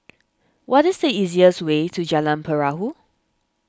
what is the easiest way to Jalan Perahu